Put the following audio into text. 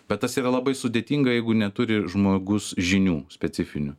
bet tas yra labai sudėtinga jeigu neturi žmogus žinių specifinių